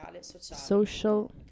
social